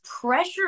pressure